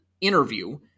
interview